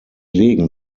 legen